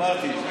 אמרתי,